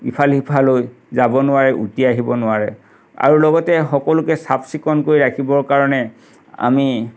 ইফাল সিফাল হৈ যাব নোৱাৰে উটি আহিব নোৱাৰে আৰু লগতে সকলোকে চাফ চিকুণকৈ ৰাখিবৰ কাৰণে আমি